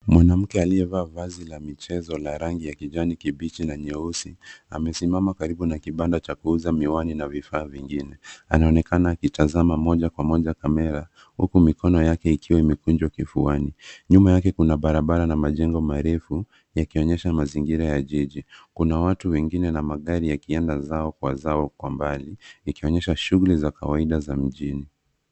Mwanamke aliyevaa vazi la michezo la rangi ya kijani kibichi na nyeusi amesimama katika kibanda cha kuuza miwani na vifaa vingine. Anaonekana akitazama moja kwa moja kamera huku mikono yake ikiwa imekunjwa kifuani. Nyuma yake kuna barabara na majengo marefu yakinyesha mazingira ya jiji. Kuna watu wengine na magari yakienda zao kwa zao kwa mbali ikionyesha shughuli za kawaida za mjini.